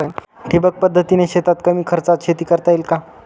ठिबक पद्धतीने शेतात कमी खर्चात शेती करता येईल का?